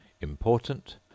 important